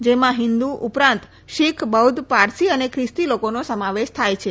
જેમાં હિંદુ ઉપરાંત શિખ બૌધ્ધ પારસી અને ખ્રિસ્તી લોકોનો સમાવેશ થાય છે